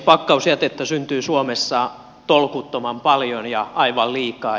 pakkausjätettä syntyy suomessa tolkuttoman paljon ja aivan liikaa